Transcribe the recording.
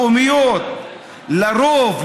לאומיות לרוב,